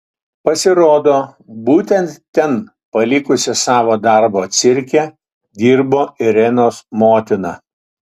pasirodo būtent ten palikusi savo darbą cirke dirbo irenos motina